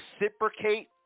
reciprocate